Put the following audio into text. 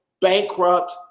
bankrupt